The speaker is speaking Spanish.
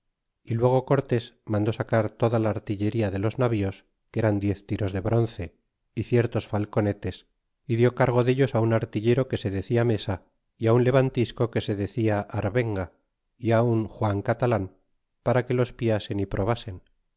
y luego cortés mandó sacar toda la artilleria de los navíos que eran diez tiros de bronce y ciertos falconetes y dió cargo dellos un artillero que se decia mesa y á un levantisco que se decía arbenga y á un juan catalan para que los piasen y probasen